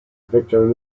victor